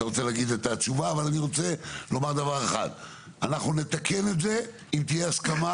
אני רוצה לומר נתקן את זה אם תהיה הסכמה